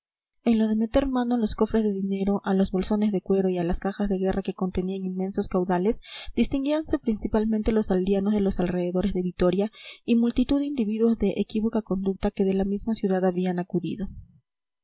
en lo de meter mano a los cofres de dinero a los bolsones de cuero y a las cajas de guerra que contenían inmensos caudales distinguíanse principalmente los aldeanos de los alrededores de vitoria y multitud de individuos de equívoca conducta que de la misma ciudad habían acudido